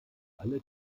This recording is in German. alle